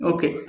Okay